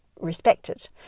respected